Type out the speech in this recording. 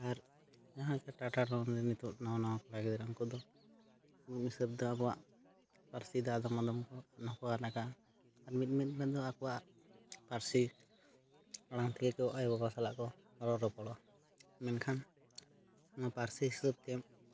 ᱟᱨ ᱡᱟᱦᱟᱸᱞᱮᱠᱟ ᱴᱟᱴᱟ ᱱᱚᱜᱚᱨ ᱨᱮ ᱱᱤᱛᱚᱜ ᱱᱚᱣᱟ ᱱᱟᱣᱟ ᱠᱚᱲᱟ ᱜᱤᱫᱽᱨᱟᱹ ᱩᱱᱠᱩ ᱫᱚ ᱢᱤᱫ ᱦᱤᱥᱟᱹᱵᱽᱫᱚ ᱟᱵᱚᱣᱟᱜ ᱯᱟᱹᱨᱥᱤᱫᱚ ᱟᱨ ᱢᱤᱫᱼᱢᱤᱫ ᱢᱮᱱᱫᱚ ᱟᱠᱚᱣᱟᱜ ᱯᱟᱹᱨᱥᱤ ᱟᱲᱟᱝᱛᱮᱜᱮᱠᱚ ᱟᱭᱳᱼᱵᱟᱵᱟ ᱥᱟᱞᱟᱜᱠᱚ ᱨᱚᱲᱼᱨᱚᱯᱚᱲᱟ ᱢᱮᱱᱠᱷᱟᱱ ᱱᱚᱣᱟ ᱯᱟᱹᱨᱥᱤ ᱦᱤᱥᱟᱹᱵᱽᱛᱮ